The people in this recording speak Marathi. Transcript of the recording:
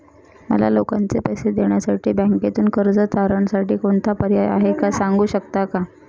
मला लोकांचे पैसे देण्यासाठी बँकेतून कर्ज तारणसाठी कोणता पर्याय आहे? सांगू शकता का?